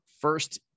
First